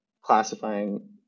classifying